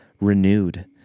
renewed